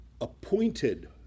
appointed